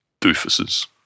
doofuses